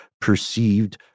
perceived